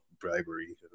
bribery